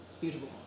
beautiful